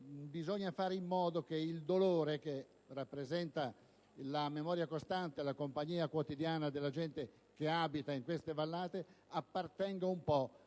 bisogna fare in modo che il dolore, che rappresenta la memoria costante e la compagnia quotidiana della gente che abita in quelle vallate, appartenga un po'